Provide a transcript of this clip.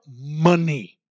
money